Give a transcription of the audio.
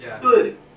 Good